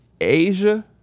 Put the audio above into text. Asia